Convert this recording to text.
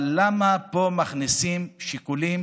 אבל למה מכניסים פה שיקולים